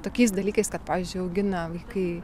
tokiais dalykais kad pavyzdžiui augina kai